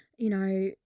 you know,